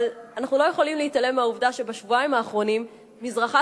אבל אנחנו לא יכולים להתעלם מהעובדה שבשבועיים האחרונים מזרחה